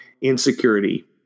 insecurity